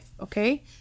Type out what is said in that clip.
okay